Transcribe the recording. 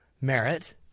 Merit